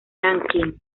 nankín